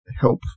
help